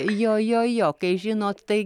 jo jo jo kai žinot tai